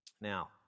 Now